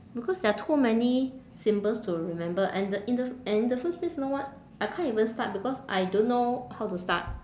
because there are too many symbols to remember and the in the and in the first place know what I can't even start because I don't know how to start